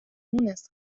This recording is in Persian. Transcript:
مونس